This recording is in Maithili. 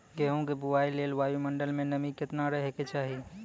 गेहूँ के बुआई लेल वायु मंडल मे नमी केतना रहे के चाहि?